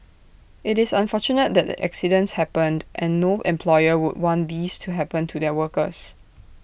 IT is unfortunate that the accidents happened and no employer would want these to happen to their workers